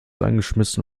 eingeschmissen